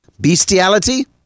bestiality